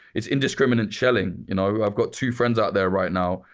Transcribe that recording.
it's indiscriminate shelling. you know i've got two friends out there right now,